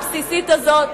הבסיסית הזאת,